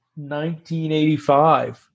1985